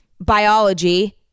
biology